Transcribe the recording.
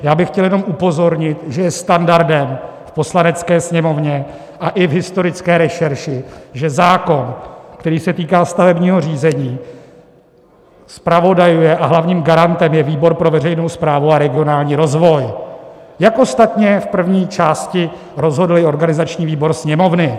Já bych chtěl jenom upozornit, že je standardem v Poslanecké sněmovně a i v historické rešerši, že zákon, který se týká stavebního řízení, zpravodajuje a hlavním garantem je výbor pro veřejnou správu a regionální rozvoj, jak ostatně v první části rozhodl i organizační výbor Sněmovny.